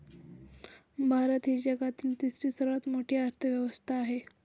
भारत ही जगातील तिसरी सर्वात मोठी अर्थव्यवस्था आहे